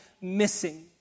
missing